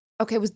Okay